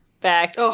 back